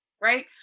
right